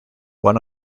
one